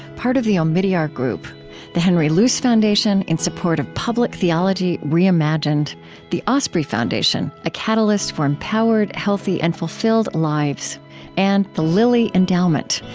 part of the omidyar group the henry luce foundation, in support of public theology reimagined the osprey foundation a catalyst for empowered, healthy, and fulfilled lives and the lilly endowment,